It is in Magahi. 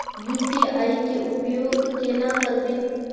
यु.पी.आई के उपयोग केना करबे?